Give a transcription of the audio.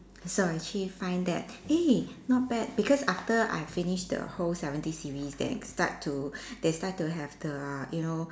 so I actually find that eh not bad because after I finish the whole seventy series then start to they start to have the you know